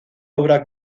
obra